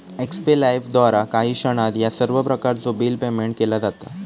एक्स्पे लाइफद्वारा काही क्षणात ह्या सर्व प्रकारचो बिल पेयमेन्ट केला जाता